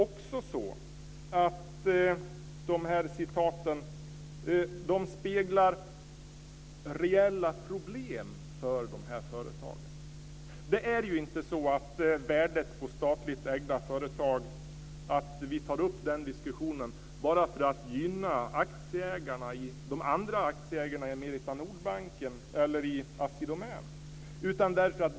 Citaten speglar också reella problem för dessa företag. Nu är det inte så att vi tar upp diskussionen om värdet på statligt ägda företag bara för att gynna de andra aktieägarna i Merita-Nordbanken eller i Assi Domän.